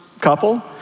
couple